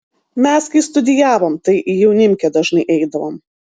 mes kai studijavom tai į jaunimkę dažnai eidavom